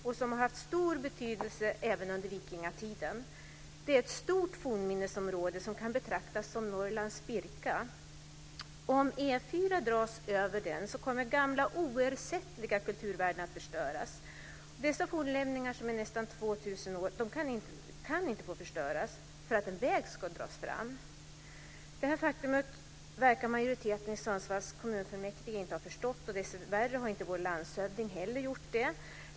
och som även haft stor betydelse under vikingatiden. Det är ett stort fornminnesområde som kan betraktas som Norrlands Birka. Om E 4 dras över detta område kommer gamla oersättliga kulturvärden att förstöras. Dessa fornlämningar är nästan 2 000 år och kan inte få förstöras för att en väg ska dras fram. Detta faktum verkar majoriteten i Sundsvalls kommunfullmäktige inte ha förstått, och dessvärre har inte heller vår landshövding gjort det.